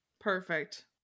perfect